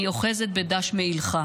אני אוחזת בדש מעילך,